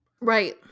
Right